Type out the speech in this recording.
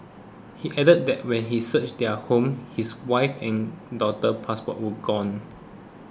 he added that when he searched their home his wife's and daughter's passports were gone